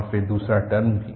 और फिर दूसरा टर्म भी